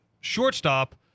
shortstop